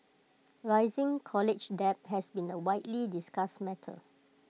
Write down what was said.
rising college debt has been A widely discussed matter